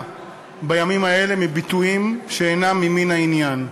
בימים האלה מביטויים שאינם ממין העניין.